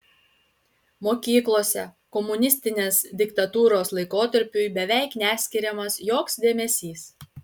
mokyklose komunistinės diktatūros laikotarpiui beveik neskiriamas joks dėmesys